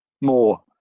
more